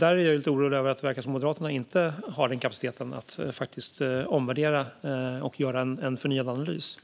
Här är jag lite orolig eftersom det verkar som om Moderaterna inte har kapaciteten att omvärdera och göra en förnyad analys.